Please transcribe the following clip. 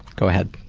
go ahead.